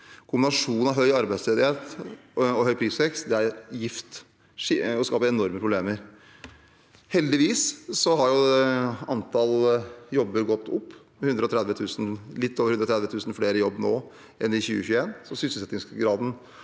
Kombinasjonen av høy arbeidsledighet og høy prisvekst er gift og skaper enorme problemer. Heldigvis har antallet i jobb gått opp. Det er litt over 130 000 flere i jobb nå enn i 2021. Sysselsettingsgraden